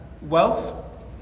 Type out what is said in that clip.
wealth